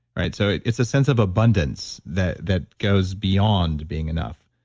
right? so, it's a sense of abundance that that goes beyond being enough.